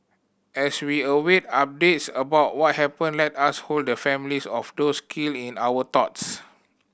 as we await updates about what happened let us hold the families of those killed in our thoughts